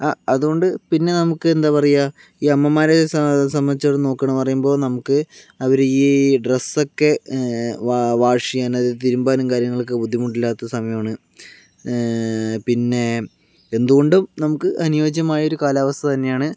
അതുകൊണ്ട് പിന്നെ നമുക്ക് എന്താ പറയാ ഈ അമ്മമാരെ സംബന്ധിച്ച് നോക്കാണ് പറയുമ്പോൾ നമുക്ക് അവര് ഈ ഡ്രെസ്സൊക്കെ വാഷ് ചെയ്യണത് തിരുമ്പാനും കാര്യങ്ങൾക്കൊക്കെ ബുദ്ധിമുട്ടില്ലാത്ത സമയം ആണ് പിന്നെ എന്തുകൊണ്ടും നമുക്ക് അനുയോജ്യമായൊരു കാലാവസ്ഥ തന്നെയാണ്